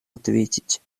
ответить